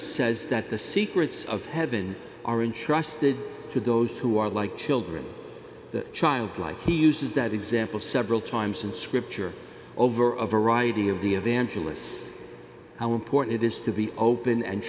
says that the secrets of heaven are interested to those who are like children that child like he uses that example several times in scripture over a variety of the evangelists how important it is to be open and